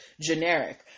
generic